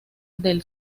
del